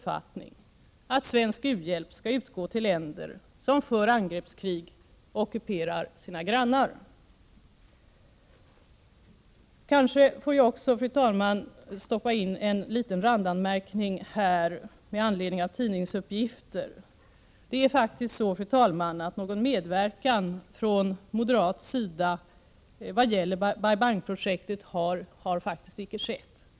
Får jag här göra en liten randanmärkning med anledning av tidningsuppgifter som förekommit. Det har faktiskt icke skett någon medverkan från moderat sida vad gäller Bai Bang-projektet.